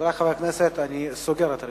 חברי חברי הכנסת, אני סוגר את הרשימה.